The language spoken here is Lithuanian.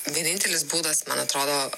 vienintelis būdas man atrodo